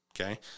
Okay